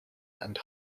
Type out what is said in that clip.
and